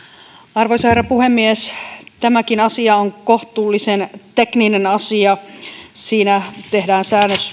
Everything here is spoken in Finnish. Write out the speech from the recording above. arvoisa herra puhemies tämäkin asia on kohtuullisen tekninen asia siinä tehdään